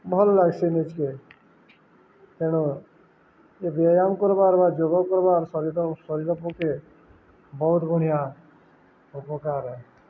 ଭଲ ଲାଗ୍ସି ନିଜକେ ତେଣୁ ଏ ବ୍ୟାୟାମ କର୍ବାର୍ ବା ଯୋଗ କର୍ବାର୍ ଶରୀର ପକ୍ଷେ ବହୁତ ବଢ଼ିଆଁ ଉପକାର